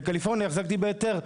בקליפורניה החזקתי בהיתר,